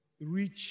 reach